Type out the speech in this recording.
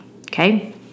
Okay